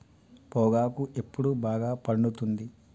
పొగాకు ఎప్పుడు బాగా పండుతుంది?